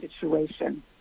situation